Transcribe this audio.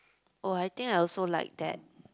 oh I think I also like that